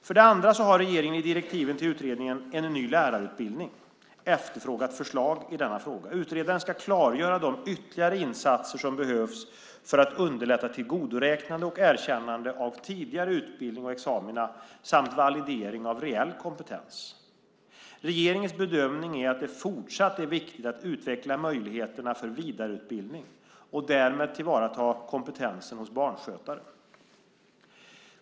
För det andra har regeringen i direktiven till utredningen En ny lärarutbildning efterfrågat förslag i denna fråga. Utredaren ska klargöra de ytterligare insatser som behövs för att underlätta tillgodoräknande och erkännande av tidigare utbildning och examina samt validering av reell kompetens. Regeringens bedömning är att det fortsatt är viktigt att utveckla möjligheterna för vidareutbildning och därmed tillvarata kompetensen hos barnskötare.